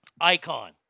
icon